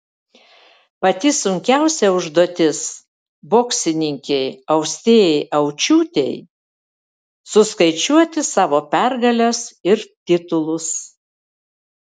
pati sunkiausia užduotis boksininkei austėjai aučiūtei suskaičiuoti savo pergales ir titulus